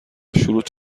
شروط